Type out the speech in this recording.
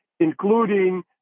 including